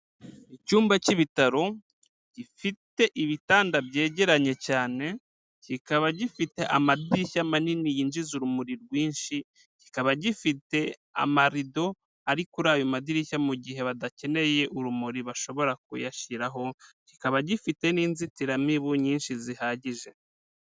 Icyumba cy'ibitaro gifite ibitanda byegeranye cyane kikaba gifite amadirishya manini yinjiza urumuri rwinshi, kikaba gifite amarido ari kuri ayo madirishya mugihe badakeneye urumuri bashobora kuyashyiraho, kikaba gifite n'inzitiramibu nyinshi zihagije.